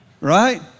Right